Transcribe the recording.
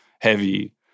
heavy